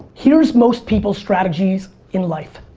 here's most people's strategies in life.